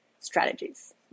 strategies